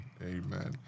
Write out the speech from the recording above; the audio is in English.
Amen